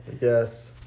Yes